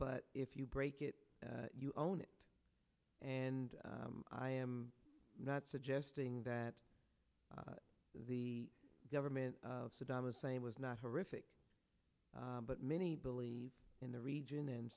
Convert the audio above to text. but if you break it you own it and i am not suggesting that the government of saddam hussein was not horrific but many believe in the region and